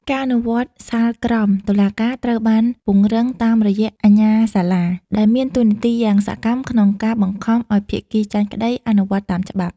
ការអនុវត្តសាលក្រមតុលាការត្រូវបានពង្រឹងតាមរយៈ "អាជ្ញាសាលា" ដែលមានតួនាទីយ៉ាងសកម្មក្នុងការបង្ខំឱ្យភាគីចាញ់ក្ដីអនុវត្តតាមច្បាប់។